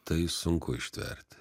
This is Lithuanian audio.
tai sunku ištverti